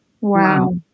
wow